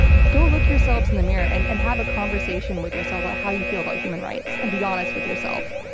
go look yourselves in the mirror and and have a conversation with yourself about how you feel about human rights, and be honest with yourself,